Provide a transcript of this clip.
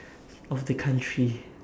of the country